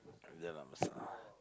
Jalan-Besar